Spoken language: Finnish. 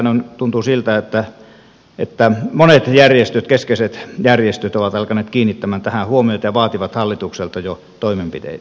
nythän tuntuu siltä että monet järjestöt keskeiset järjestöt ovat alkaneet kiinnittää tähän huomiota ja vaativat hallitukselta jo toimenpiteitä